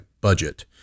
budget